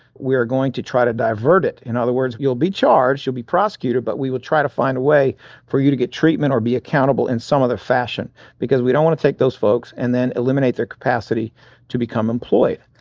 we are going to try to divert it. in other words, you'll be charged, you'll be prosecuted, but we will try to find a way for you to get treatment or be accountable in some other fashion because we don't want to take those folks and then eliminate their capacity to become employed.